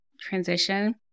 transition